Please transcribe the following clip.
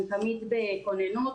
הם תמיד בכוננות.